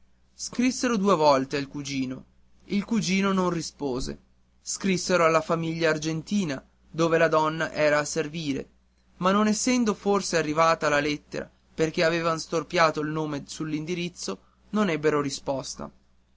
scrissero due volte al cugino il cugino non rispose scrissero alla famiglia argentina dove la donna era a servire ma non essendo forse arrivata la lettera perché avean storpiato il nome sull'indirizzo non ebbero risposta